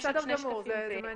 יש עוד שני שקפים וסיימתי.